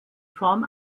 form